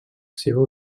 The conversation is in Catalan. seva